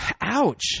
Ouch